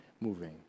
moving